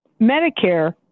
Medicare